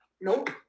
Nope